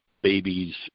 babies